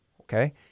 okay